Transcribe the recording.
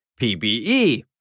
PBE